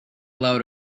load